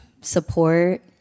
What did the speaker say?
support